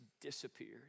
disappeared